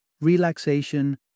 relaxation